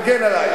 תגן עלי.